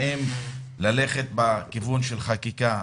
האם ללכת בכיוון של חקיקה?